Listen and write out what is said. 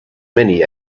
many